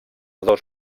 dos